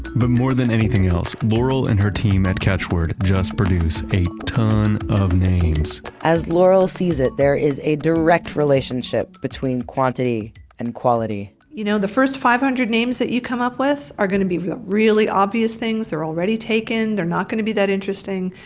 but more than anything else, laurel and her team at catchword just produce a ton of names as laurel sees it, there is a direct relationship between quantity and quality. you know, the first five hundred names that you come up with are going to be really obvious things they're already taken, or they're not going to be that interesting.